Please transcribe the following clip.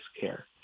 care